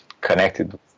Connected